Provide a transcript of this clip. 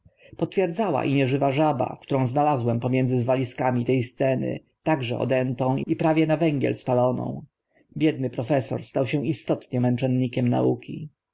potwierdzała i nieżywa żaba którą znalazłem pomiędzy zwaliskami te sceny także odętą i prawie na węgiel spaloną biedny profesor stał się istotnie męczennikiem nauki